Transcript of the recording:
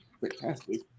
fantastic